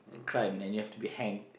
like crime and you have to be hanged